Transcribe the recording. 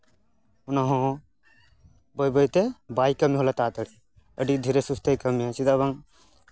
ᱚᱱᱟ ᱦᱚᱸ ᱵᱟᱹᱭ ᱵᱟᱹᱭᱛᱮ ᱵᱟᱭ ᱠᱟᱹᱢᱤ ᱦᱚᱫᱟ ᱛᱟᱲᱟᱛᱟ ᱲᱤ ᱟᱹᱰᱤ ᱫᱷᱤᱨᱮ ᱥᱩᱥᱛᱷᱮ ᱠᱟᱹᱢᱤᱭᱟᱭ ᱪᱮᱫᱟᱜ ᱵᱟᱝ